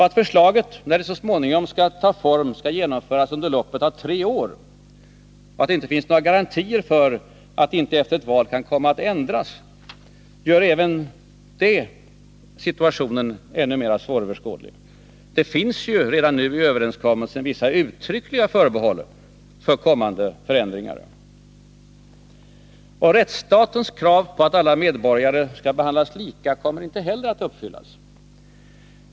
Att förslaget, när det så småningom tagit form, skall genomföras inom loppet av tre år och att det inte finns några garantier för att det efter ett val inte kan komma att ändras gör även det situationen ännu mer svåröverskådlig. Det finns ju redan nu i överenskommelsen vissa uttryckliga förbehåll för kommande förändringar. Rättsstatens krav på att alla medborgare skall behandlas lika kommer inte heller att uppfyllas.